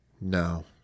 no